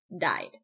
died